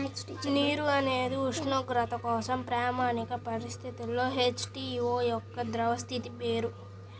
నీరు అనేది ఉష్ణోగ్రత కోసం ప్రామాణిక పరిస్థితులలో హెచ్.టు.ఓ యొక్క ద్రవ స్థితి పేరు